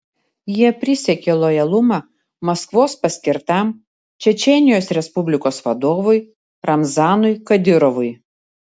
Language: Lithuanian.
jie prisiekė lojalumą maskvos paskirtam čečėnijos respublikos vadovui ramzanui kadyrovui